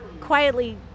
quietly